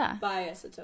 bias